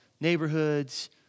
neighborhoods